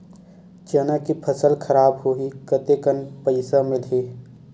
चना के फसल खराब होही कतेकन पईसा मिलही?